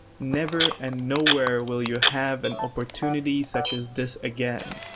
never and nowhere will you have an opportunity such as this again.